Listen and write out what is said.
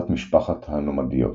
תת-משפחת הנומדיות